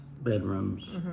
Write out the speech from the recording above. bedrooms